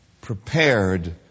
prepared